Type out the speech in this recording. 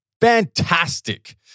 fantastic